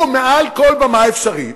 הוא, מעל כל במה אפשרית,